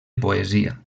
poesia